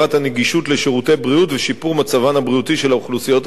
לשירותי בריאות ושיפור מצבן הבריאותי של האוכלוסיות החלשות.